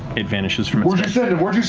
it vanishes from view.